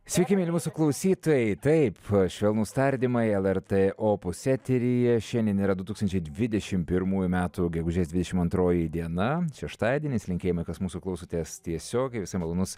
sveiki mieli mūsų klausytojai taip švelnūs tardymai lrt opus eteryje šiandien yra du tūkstančiai dvidešimt primųjų metų gegužės dvidešimt antroji diena šeštadienis linkėjome kad mūsų klausotės tiesiogiai visai malonus